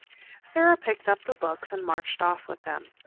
sara picked up the books and marched off with them.